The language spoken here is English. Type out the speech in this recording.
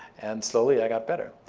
and slowly i got better.